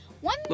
One